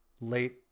late